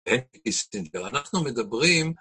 אין לי סטינדר, אנחנו מדברים